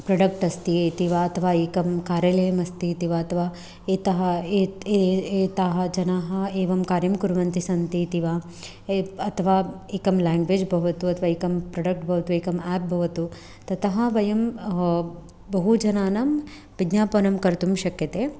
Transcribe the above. product अस्ति इति वा अथवा एकं कार्यालयम् अस्ति इति वा अथवा एतः एत् एताः जनाः एवं कार्यं कुर्वन्ति सन्ति इति वा एप् अथवा एकं लाङ्ग्वेज् भवतु अथवा एकं प्रोडक्ट् भवतु एकं एप् भवतु ततः वयं हो बहु जनानां विज्ञापनं कर्तुं शक्यते